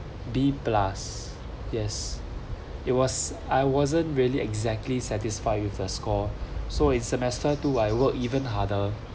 B plus yes it was I wasn't really exactly satisfy with the score so in semester two I work even harder